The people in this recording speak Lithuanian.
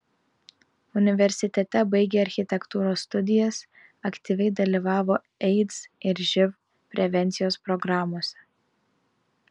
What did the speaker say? universitete baigė architektūros studijas aktyviai dalyvavo aids ir živ prevencijos programose